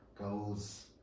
goals